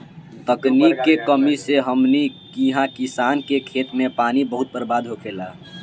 तकनीक के कमी से हमनी किहा किसान के खेत मे पानी बहुत बर्बाद होखेला